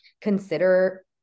consider